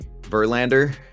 Verlander